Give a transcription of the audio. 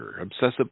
obsessive